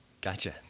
Gotcha